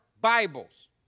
Bibles